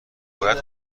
باید